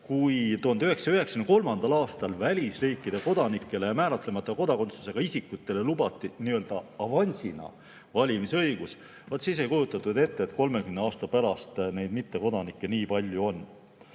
Kui 1993. aastal välisriikide kodanikele ja määratlemata kodakondsusega isikutele lubati nii-öelda avansina valimisõigus, siis ei kujutatud ette, et 30 aasta pärast neid mittekodanikke on nii palju.